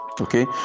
Okay